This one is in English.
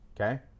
Okay